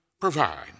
provide